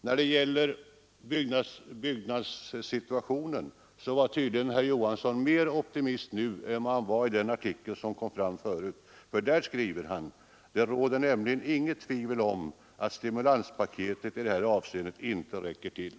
När det gäller byggnadssituationen är herr Johansson mer optimistisk i sin artikel. Han skriver: ”Det råder nämligen inget tvivel om att stimulanspaketet i det här avseendet inte räcker till.”